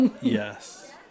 Yes